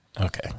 Okay